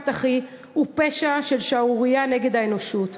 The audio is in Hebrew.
גופת אחי הוא פשע שערורייתי נגד האנושות,